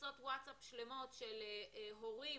קבוצות ווטסאפ שלמות של הורים